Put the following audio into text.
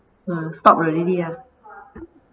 ah stopped already ah